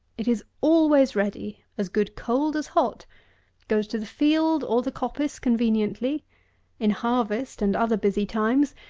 it is always ready as good cold as hot goes to the field or the coppice conveniently in harvest, and other busy times,